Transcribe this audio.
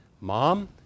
Mom